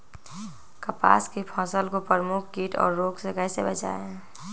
कपास की फसल को प्रमुख कीट और रोग से कैसे बचाएं?